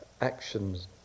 actions